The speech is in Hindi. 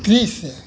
दृश्य